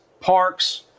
parks